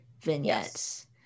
vignettes